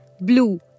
Blue